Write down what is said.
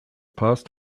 passed